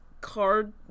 card